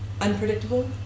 unpredictable